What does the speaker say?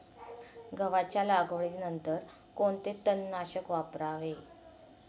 गव्हाच्या लागवडीनंतर कोणते तणनाशक वापरावे?